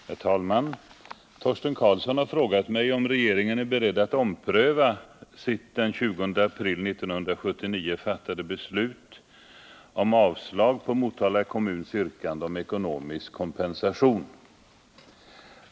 Herr talman! Torsten Karlsson har frågat mig om regeringen är beredd att ompröva sitt den 20 april 1979 fattade beslut om avslag på Motala kommuns yrkande om ekonomisk kompensation.